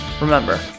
Remember